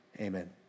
Amen